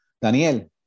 Daniel